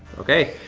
okay.